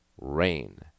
rain